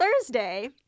Thursday